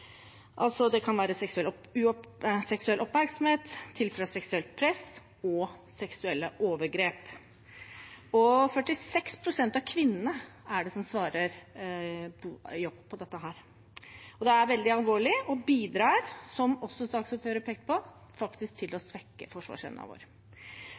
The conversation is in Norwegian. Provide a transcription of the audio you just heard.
Det kan være seksuell oppmerksomhet, seksuelt press og seksuelle overgrep. Det er 46 pst. av kvinnene som svarer ja på dette. Det er veldig alvorlig, og bidrar, som også saksordføreren pekte på, faktisk til å svekke forsvarsevnen vår.